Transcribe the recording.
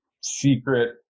secret